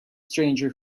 stranger